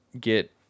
get